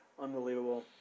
unbelievable